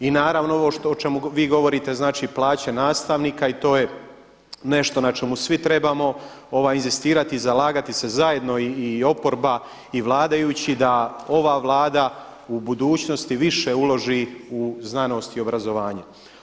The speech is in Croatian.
I naravno, ovo o čemu vi govorite znači plaće nastavnika i to je nešto na čemu svi trebamo inzistirati i zalagati se zajedno i oporba i vladajući da ova Vlada u budućnosti više uloži u znanost i obrazovanje.